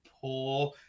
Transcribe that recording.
poor